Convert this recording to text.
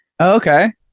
okay